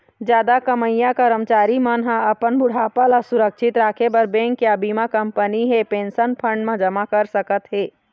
जादा कमईया करमचारी मन ह अपन बुढ़ापा ल सुरक्छित राखे बर बेंक या बीमा कंपनी हे पेंशन फंड म जमा कर सकत हे